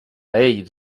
ells